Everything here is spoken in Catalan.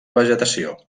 vegetació